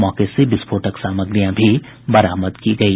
मौके से विस्फोटक सामग्रियां भी बरामद की गयी